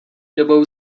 dobou